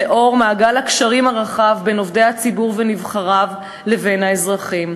לנוכח מעגל הקשרים הרחב בין עובדי הציבור ונבחריו לבין האזרחים.